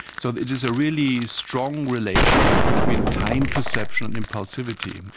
so it is a really strong relationship between time perception and impulsivity.